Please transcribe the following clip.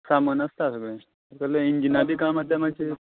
सामान आसता सगळें तुगेलें इंजिना बीन काम आसल्यार मातशें